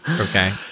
okay